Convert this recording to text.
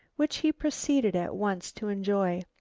which he proceeded at once to enjoy.